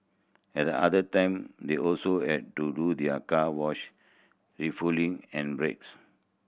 at other time they also to do their car wash refuelling and breaks